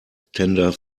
tender